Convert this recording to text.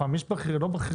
פעם יש בכיר, לא בכיר.